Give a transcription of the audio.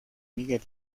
miguel